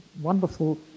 wonderful